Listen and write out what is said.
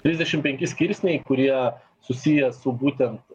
trisdešim penki skirsniai kurie susiję su būtent